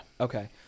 Okay